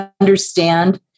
understand